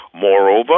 Moreover